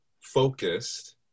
focused